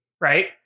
right